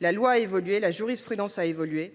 La loi a évolué, la jurisprudence a évolué